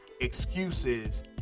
excuses